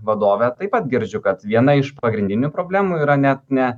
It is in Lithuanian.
vadove taip pat girdžiu kad viena iš pagrindinių problemų yra net ne